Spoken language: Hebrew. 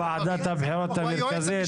הוא היועץ המשפטי של ועדת הבחירות המרכזית.